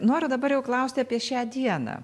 noriu dabar jau klausti apie šią dieną